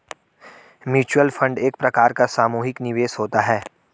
mutual fund एक प्रकार का सामुहिक निवेश होता है